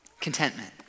Contentment